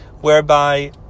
whereby